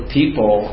people